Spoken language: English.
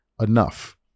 enough